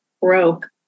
broke